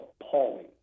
appalling